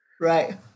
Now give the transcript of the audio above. right